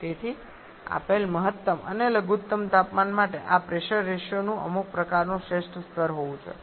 તેથી આપેલ મહત્તમ અને લઘુત્તમ તાપમાન માટે આ પ્રેશર રેશિયો નું અમુક પ્રકારનું શ્રેષ્ઠ સ્તર હોવું જોઈએ